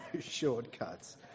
shortcuts